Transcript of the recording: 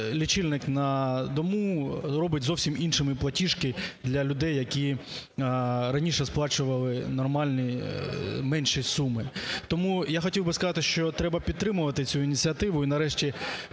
лічильник на дому робить зовсім іншими платіжки для людей, які раніше сплачували нормальні менші суми. Тому я хотів би сказати, що треба підтримувати цю ініціативу і нарешті